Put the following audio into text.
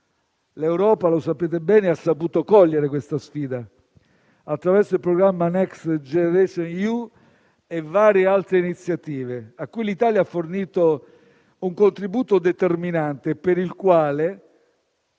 L'Europa, come sapete bene, ha saputo cogliere questa sfida, attraverso il programma Next generation EU e varie altre iniziative, cui l'Italia ha fornito un contributo determinante e per il quale